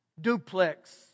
duplex